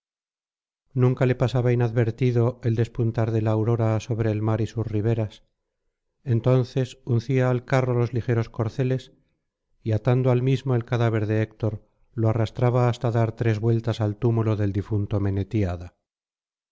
nunca le pasaba inadvertido el despuntar de la aurora sobre el mar y sus riberas entonces uncía al carro los ligeros corceles y atando al mismo el cadáver de héctor lo arrastraba hasta dar tres vueltas al túmulo del difunto menetíada